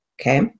Okay